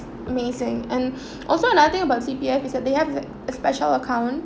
amazing and also another thing about C_P_F is that they have a special account